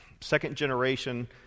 second-generation